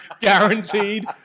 guaranteed